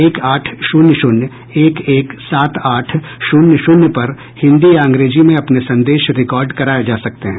एक आठ शून्य शून्य एक एक सात आठ शून्य शून्य पर हिंदी या अंग्रेजी में अपने संदेश रिकार्ड कराए जा सकते हैं